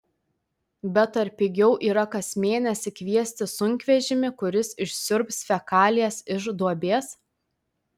bet ar pigiau yra kas mėnesį kviestis sunkvežimį kuris išsiurbs fekalijas iš duobės